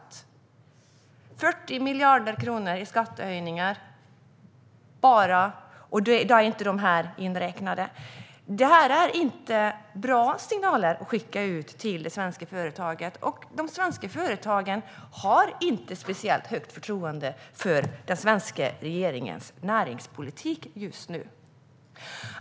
Det är 40 miljarder kronor i skattehöjningar, och då är inte dessa inräknade. Detta är inga bra signaler att skicka ut till de svenska företagen. De svenska företagen har inte speciellt högt förtroende för den svenska regeringens näringspolitik just nu.